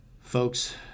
Folks